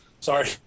Sorry